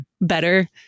better